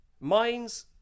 Mine's